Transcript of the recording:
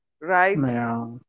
right